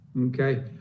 Okay